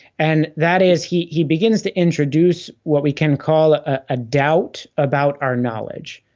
and that is he he begins to introduce what we can call a doubt about our knowledge.